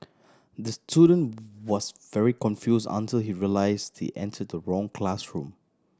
the student was very confuse until he realise he enter the wrong classroom